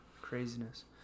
Craziness